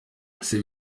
ese